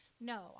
no